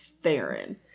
theron